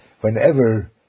Whenever